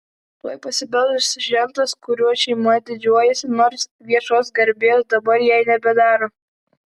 tuoj pasibels žentas kuriuo šeima didžiuojasi nors viešos garbės dabar jai nebedaro